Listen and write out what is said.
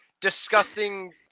disgusting